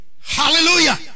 Hallelujah